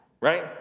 Right